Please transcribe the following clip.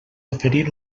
oferir